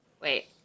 Wait